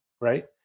Right